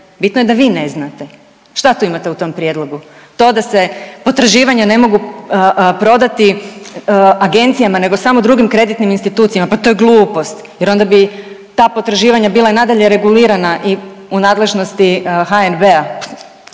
Bitno je da vi ne znate. Šta to imate u tom prijedlogu? To da se potraživanja ne mogu prodati agencijama, nego samo drugim kreditnim institucijama. Pa to je glupost! Jer onda bi ta potraživanja bila i nadalje regulirana i u nadležnosti HNB-a.